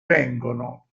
vengono